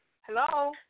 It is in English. Hello